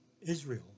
Israel